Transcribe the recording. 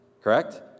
Correct